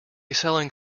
selling